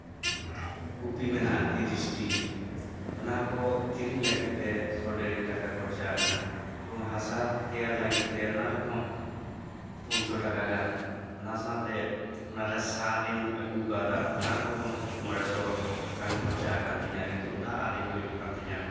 ᱠᱚᱯᱤ ᱢᱮᱱᱟᱜᱼᱟ ᱛᱤᱨᱤᱥᱴᱤ ᱚᱱᱟᱠᱚ ᱠᱤᱨᱤᱧ ᱞᱟᱹᱜᱤᱫᱛᱮ ᱥᱚ ᱰᱮᱲᱮᱠ ᱴᱟᱠᱟ ᱠᱷᱚᱨᱪᱟᱣ ᱟᱠᱟᱱᱟ ᱮᱵᱚᱝ ᱦᱟᱥᱟ ᱛᱮᱭᱟᱨ ᱞᱟᱹᱜᱤᱫᱛᱮ ᱚᱱᱟ ᱨᱮᱦᱚᱸ ᱯᱩᱱ ᱥᱚ ᱴᱟᱠᱟ ᱜᱟᱱ ᱚᱱᱟ ᱥᱚᱶᱛᱮ ᱚᱱᱟᱨᱮ ᱥᱟᱨᱮᱧ ᱟᱹᱜᱩ ᱠᱟᱣᱫᱟ ᱚᱱᱟ ᱠᱚᱦᱚᱸ ᱢᱚᱬᱮ ᱥᱚ ᱜᱟᱱ ᱠᱷᱚᱨᱪᱟ ᱟᱠᱟᱱ ᱛᱤᱧᱟᱹ ᱱᱤᱛᱳᱜ ᱫᱟᱜ ᱟᱨᱮᱡ ᱦᱩᱭᱩᱜ ᱠᱟᱱ ᱛᱤᱧᱟᱹ